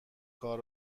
کار